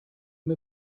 mir